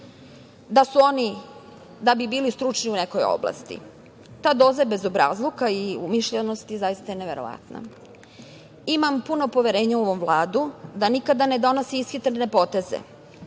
više godina da bi bili stručni u nekoj oblasti. Ta doza bezobrazluka i umišljenosti, zaista je neverovatna. Imam puno poverenja u ovu Vladu da nikada ne donose ishitrene poteze,